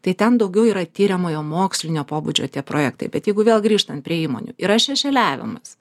tai ten daugiau yra tiriamojo mokslinio pobūdžio tie projektai bet jeigu vėl grįžtant prie įmonių yra šešėliavimas